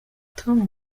tom